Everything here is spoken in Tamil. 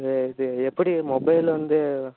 இது இது எப்படி மொபைல் வந்து